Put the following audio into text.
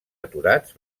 aturats